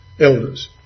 elders